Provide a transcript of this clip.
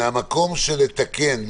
מהמקום של לתקן,